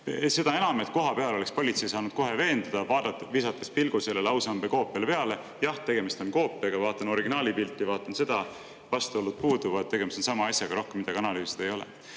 Seda enam, et kohapeal oleks politsei saanud kohe veenduda, visates pilgu sellele ausamba koopiale peale: jah, tegemist on koopiaga – vaatan originaali pilti, vaatan seda –, vastuolud puuduvad, tegemist on sama asjaga, rohkem midagi analüüsida ei ole.